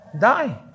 Die